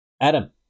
Adam